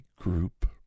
group